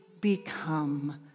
become